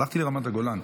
הלכתי לרמת הגולן,